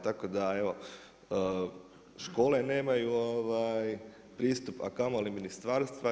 Tako da evo, škole nemaju pristup a kamoli ministarstva.